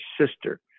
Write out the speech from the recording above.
sister